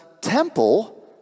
temple